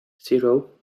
zero